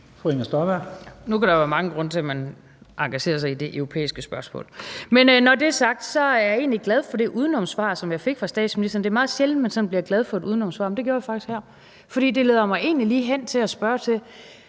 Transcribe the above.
Inger Støjberg (DD): Nu kan der være mange grunde til, at man engagerer sig i det europæiske spørgsmål. Men når det er sagt, vil jeg sige, at jeg egentlig er glad for det udenomssvar, som jeg fik fra statsministeren. Det er meget sjældent, man sådan bliver glad for et udenomssvar, men det gjorde jeg faktisk her. For det leder mig egentlig lige hen til at spørge til,